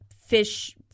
fish